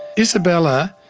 isabella,